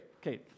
Okay